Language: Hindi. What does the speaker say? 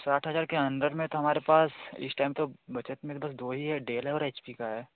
साठ हज़ार के अंदर में तो हमारे पास इस टाइम पर बजट में बस दो ही है डैल है और एच पी का है